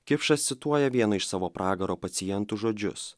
kipšas cituoja vieno iš savo pragaro pacientų žodžius